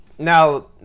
Now